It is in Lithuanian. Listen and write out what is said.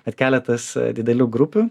ar keletas didelių grupių